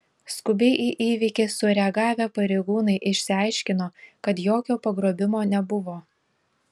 skubiai į įvykį sureagavę pareigūnai išsiaiškino kad jokio pagrobimo nebuvo